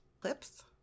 Clips